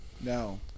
No